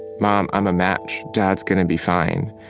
mom, i'm a match. dad's going to be fine.